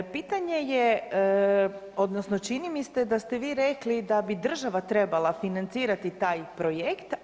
Pitanje je, odnosno čini mi se da ste vi rekli da bi država trebala financirati taj projekt.